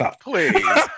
please